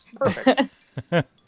Perfect